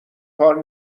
کار